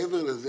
מעבר לזה